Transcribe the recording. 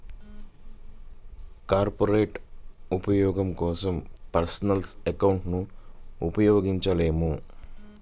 corporate ఉపయోగం కోసం personal అకౌంట్లను ఉపయోగించలేము